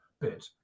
bit